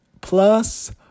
Plus